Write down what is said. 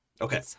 Okay